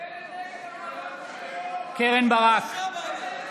קרן ברק, בעד בנימין